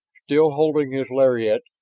still holding his lariat,